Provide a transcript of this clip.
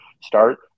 start